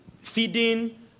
feeding